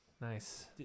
nice